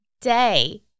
day